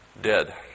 dead